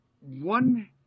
one